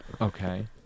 Okay